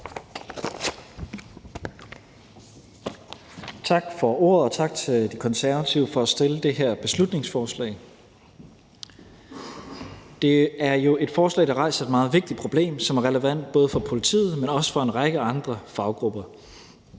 Tak for ordet. Og tak til De Konservative for at fremsætte det her beslutningsforslag. Det er jo et forslag, der rejser et meget vigtigt problem, som er relevant både for politiet, men også for en række andre faggrupper.